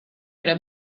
era